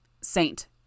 Saint